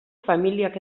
familiak